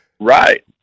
right